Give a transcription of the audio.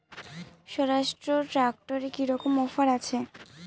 স্বরাজ ট্র্যাক্টরে কি রকম অফার আছে?